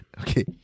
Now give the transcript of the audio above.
Okay